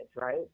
right